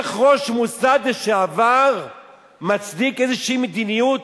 איך ראש המוסד לשעבר מצדיק איזו מדיניות,